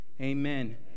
Amen